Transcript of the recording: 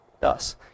thus